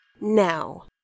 now